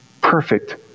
perfect